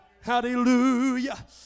Hallelujah